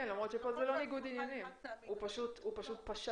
כן, למרות שפה זה לא ניגוד עניינים, הוא פשוט פשע.